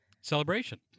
celebration